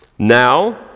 Now